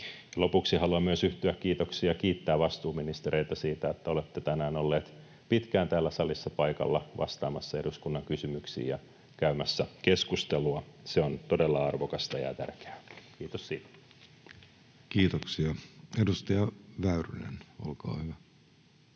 Lopuksi haluan myös yhtyä kiitoksiin ja kiittää vastuuministereitä siitä, että olette tänään olleet pitkään täällä salissa paikalla vastaamassa eduskunnan kysymyksiin ja käymässä keskustelua. Se on todella arvokasta ja tärkeää, kiitos siitä. [Speech 372] Speaker: